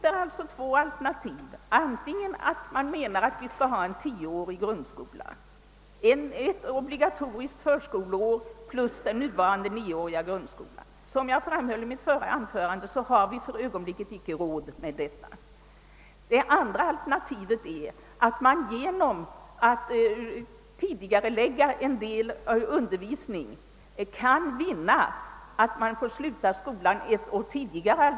Det finns två alternativ i detta sammanhang. Det ena är en tioårig grundskola omfattande ett obligatoriskt förskoleår och den nuvarande grundskolan. Såsom jag framhållit i mitt föregående anförande har vi för ögonblicket inte råd med detta. Det andra alternativet är ett tidigareläggande av en del av undervisningen, varigenom man kunde vinna den fördelen att eleverna får sluta skolan ett år tidigare än nu.